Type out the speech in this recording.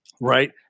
right